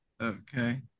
Okay